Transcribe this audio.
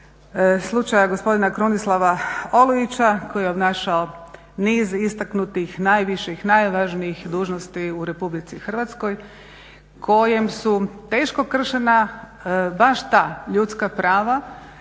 slučaja gospodina Krunoslava Olujića koji je obnašao niz istaknutih najviših, najvažnijih dužnosti u Republici Hrvatskoj kojem su teško kršena baš ta ljudska prava,